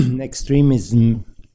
extremism